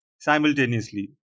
simultaneously